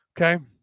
okay